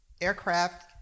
aircraft